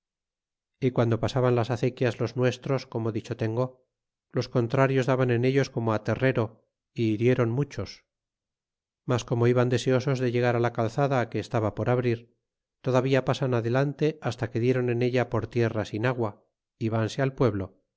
y guando pasaban las acequias los nuestros como dicho tengo los contrarios daban en ellos como terrero y hirieron muchos mas como iban deseosos de llegar á la calzada que estaba por abrir todavía pasan adelante hasta que dieron en ella por tierra sin agua y vanse al pueblo